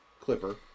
Clipper